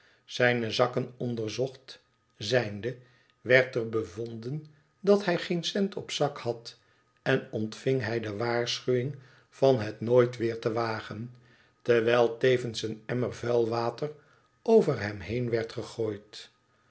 zijne zakken onderzocht zijnde werd er bevonden dat hij geen cent op zak had en ontving hij de waarschuwing van het nooit weer te wagen terwijl tevens een emmer vuil water over hem heen werd gegooid